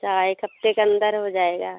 अच्छा एक हफ्ते के अंदर हो जाएगा